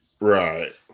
Right